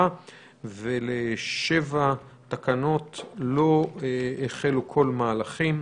ולגבי שבע תקנות לא החלו כל מהלכים.